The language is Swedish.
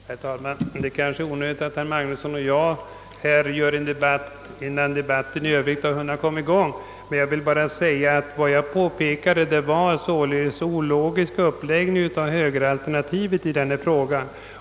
Herr talman! Det är kanske onödigt att herr Magnusson i Borås och jag tar upp en debatt innan diskussionen i övrigt hunnit komma i gång. Jag vill bara framhålla att vad jag påpekade var en ologisk uppläggning av högeralternativet i denna fråga.